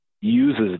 uses